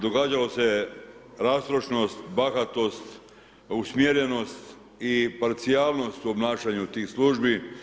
Događalo se rastrošnost, bahatost, usmjerenost i parcijalnost u obnašanju tih službi.